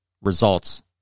results